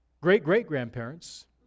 great-great-grandparents